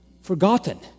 forgotten